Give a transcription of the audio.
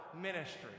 ministry